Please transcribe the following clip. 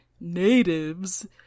natives